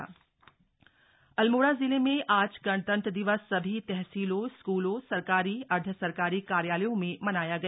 गणतंत्र दिवस अल्मोडा पिथौरागढ़ अल्मोड़ा जिले में आज गणतंत्र दिवस सभी तहसीलों स्कूलों सरकारी अर्ध सरकारी कार्यालयों में मनाया गया